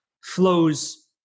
flows